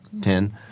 ten